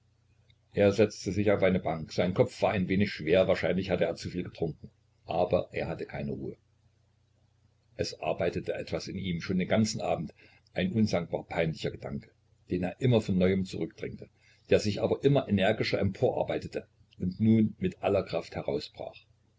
er setzte sich auf eine bank sein kopf war ein wenig schwer wahrscheinlich hatte er zu viel getrunken aber er hatte keine ruhe es arbeitete etwas in ihm schon den ganzen abend ein unsagbar peinlicher gedanke den er immer von neuem zurückdrängte der sich aber immer energischer emporarbeitete und nun mit aller kraft